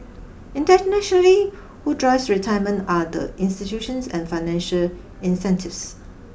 internationally who drives retirement are the institutions and financial incentives